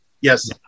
Yes